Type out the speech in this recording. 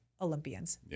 Olympians